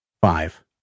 five